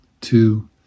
two